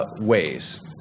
Ways